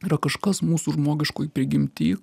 yra kažkas mūsų žmogiškoj prigimty